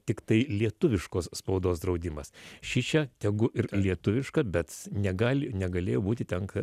tiktai lietuviškos spaudos draudimas šičia tegu ir lietuviška bet negali negalėjo būti ten ką